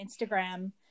Instagram